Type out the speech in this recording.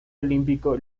olímpico